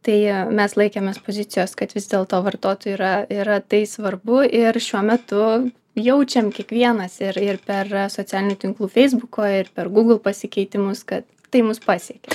tai mes laikėmės pozicijos kad vis dėlto vartotojui yra yra tai svarbu ir šiuo metu jaučiam kiekvienas ir ir per socialinių tinklų feisbuko ir per google pasikeitimus kad tai mus pasiekė